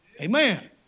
Amen